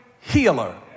healer